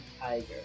Tiger